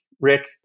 Rick